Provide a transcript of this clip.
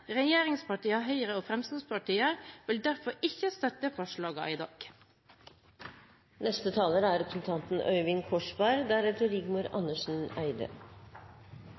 Høyre og Fremskrittspartiet vil derfor ikke støtte forslagene i dag.